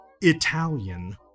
Italian